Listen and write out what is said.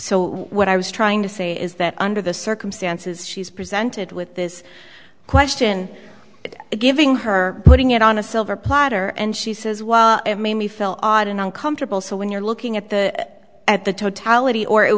so what i was trying to say is that under the circumstances she's presented with this question giving her putting it on a silver platter and she says while mamie felt odd and uncomfortable so when you're looking at the at the totality or it